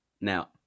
Now